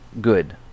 good